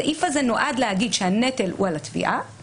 הסעיף הזה נועד לומר שהנטל הוא על התביעה